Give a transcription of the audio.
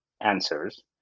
answers